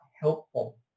helpful